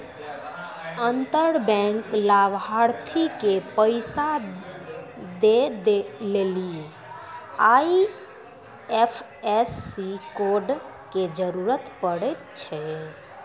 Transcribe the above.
अंतर बैंक लाभार्थी के पैसा दै लेली आई.एफ.एस.सी कोड के जरूरत पड़ै छै